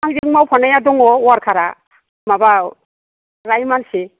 आंजों मावफानाया दङ वार्कार आ माबा राय मानसि